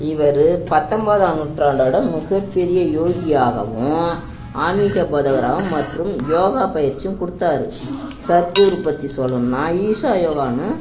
இவர் பத்தொம்பதாம் நூற்றாண்டோடய மிகப் பெரிய யோகியாகவும் ஆன்மீக போதகராகவும் மற்றும் யோகா பயிற்சியும் கொடுத்தாரு சத்குரு பற்றி சொல்லணுன்னால் ஈஷா யோகான்னு